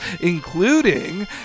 including